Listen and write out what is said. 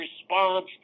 response